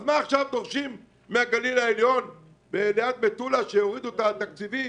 למה דורשים עכשיו מהגליל העליון שיורידו את התקציבים?